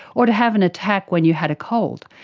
or to have an attack when you had a cold.